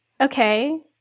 okay